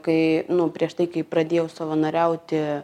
kai nu prieš tai kai pradėjau savanoriauti